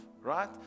right